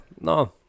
no